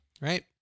Right